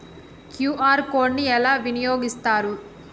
QR code ని ఎలా వినియోగిస్తారు?